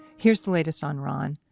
here's the latest on ron.